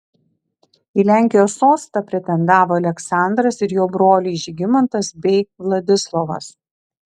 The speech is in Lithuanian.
į lenkijos sostą pretendavo aleksandras ir jo broliai žygimantas bei vladislovas